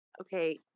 Okay